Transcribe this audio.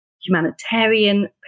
humanitarian